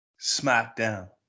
SmackDown